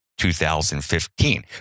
2015